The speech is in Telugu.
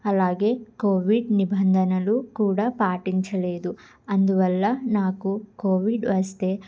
అలాగే కోవిడ్ నిబంధనలు కూడా పాటించలేదు అందువల్ల నాకు కోవిడ్ వస్తే